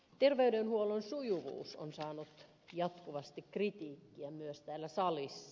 terveydenhuollon sujuvuus on saanut jatkuvasti kritiikkiä myös täällä salissa